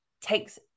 takes